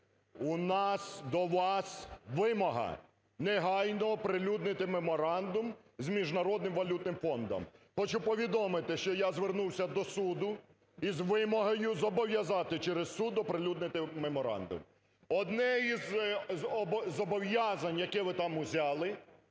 У нас до вас вимога: негайно оприлюднити Меморандум з Міжнародним валютним фондом. Хочу повідомити, що я звернувся до суду із вимогою зобов'язати через суд оприлюднити меморандум. Одне із зобов'язань, яке ви там узяли,